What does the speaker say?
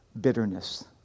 bitterness